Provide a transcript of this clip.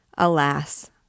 Alas